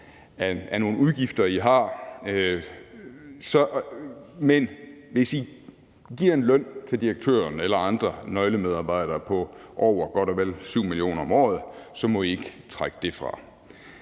af nogle udgifter, I har. Men hvis I giver en løn til direktøren eller andre nøglemedarbejdere på over godt og vel 7 mio. kr. om året, så må I ikke trække det fra.